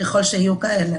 ככל שתהיינה כאלה.